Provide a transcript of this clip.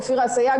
אופירה אסייג,